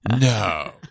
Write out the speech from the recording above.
No